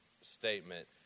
statement